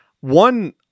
one